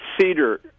cedar